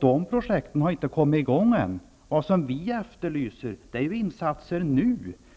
De projekten har inte kommit i gång än. Vi efterlyser insatser nu!